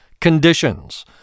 conditions